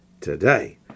today